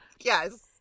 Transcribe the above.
yes